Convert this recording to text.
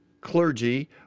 clergy